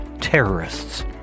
terrorists